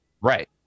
Right